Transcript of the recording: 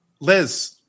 Liz